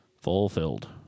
Fulfilled